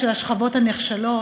של השכבות הנחשלות.